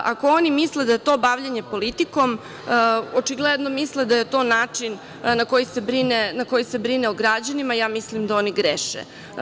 Ako oni misle da je to bavljenje politikom, očigledno misle da je to način na koji se brinu o građanima, a ja mislim da oni greše.